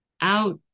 out